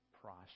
process